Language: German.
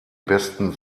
besten